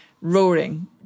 roaring